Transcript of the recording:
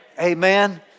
Amen